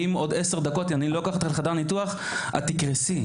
כי אם אני לא לוקח חדר ניתוח עוד עשר דקות,